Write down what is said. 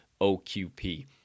OQP